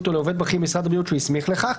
או לעובד בכיר במשרד הבריאות שהוא הסמיך לכך,